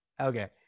Okay